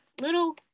little